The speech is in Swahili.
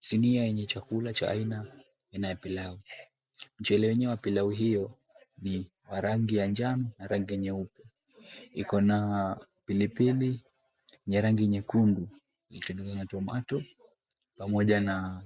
Sinia yenye chakula cha aina ya pilau. Mchele wenyewe wa pilau hio ni wa rangi ya njano na rangi nyeupe. Iko na pilipili yenye rangi nyekundu iliyotengenezwa na Tomato pamoja na